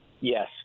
Yes